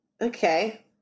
okay